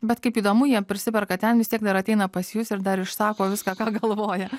bet kaip įdomu jie prisiperka ten vis tiek dar ateina pas jus ir dar išsako viską ką galvoja